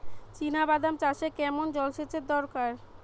চিনাবাদাম চাষে কেমন জলসেচের দরকার?